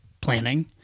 planning